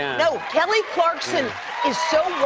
no, kelly clarkson is so